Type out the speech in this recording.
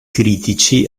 critici